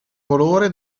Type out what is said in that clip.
colore